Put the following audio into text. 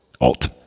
alt